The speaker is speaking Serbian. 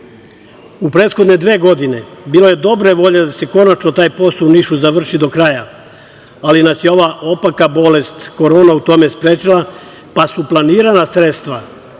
prethodne dve godine bilo je dobre volje da se konačno taj posao u Nišu završi do kraja, ali nas je ova opaka bolest Korona u tome sprečila, pa su planirana sredstva